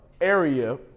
area